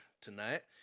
tonight